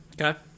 Okay